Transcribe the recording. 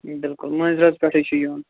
بِلکُل مٲنٛز رٲژ پیٚٹھٕے چھُ یُن